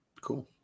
Cool